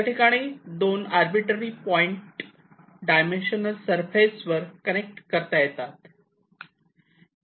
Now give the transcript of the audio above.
त्या ठिकाणी दोन अरबीट्रे दोन पॉईंट दोन डायमेन्शनल सरफेस वर कनेक्ट करता येतात